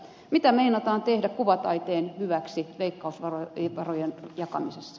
mitä meinataan tehdä kuvataiteen hyväksi veikkausvarojen jakamisessa